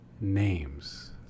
names